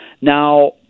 Now